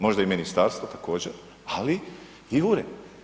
Možda i ministarstvo, također, ali i ured.